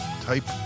type